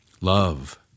love